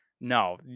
no